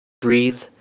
breathe